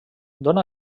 dóna